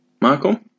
Michael